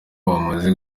bamaze